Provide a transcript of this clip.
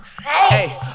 Hey